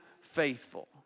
faithful